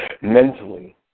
mentally